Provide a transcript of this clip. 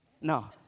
No